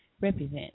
Represent